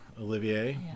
olivier